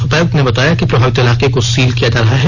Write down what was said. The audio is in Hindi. उपायुक्त ने बताया कि प्रभावित इलाके को सील किया जा रहा है